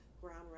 ground